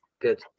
Good